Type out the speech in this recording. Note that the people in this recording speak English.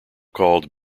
called